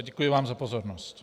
Děkuji vám za pozornost.